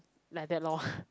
like that lor